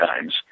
times